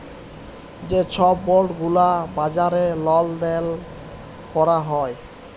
যে ছব বল্ড গুলা বাজারে লেল দেল ক্যরা হ্যয়